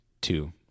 Two